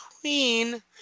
queen